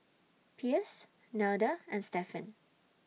Pierce Nelda and Stephen